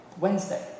Wednesday